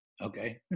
Okay